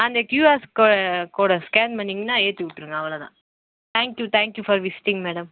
அந்த கியூஆர்ஸ் கோடை ஸ்கேன் பண்ணீங்கன்னால் ஏற்றி விட்ருங்க அவ்வளோதான் thank you thank you for visiting madam